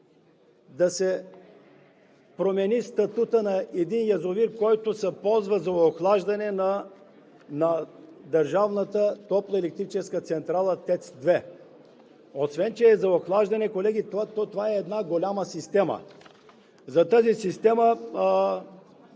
да се промени статутът на един язовир, който се ползва за охлаждане на държавната ТЕЦ 2. Освен че е за охлаждане, колеги, това е една голяма система. Министърът